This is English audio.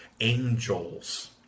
angels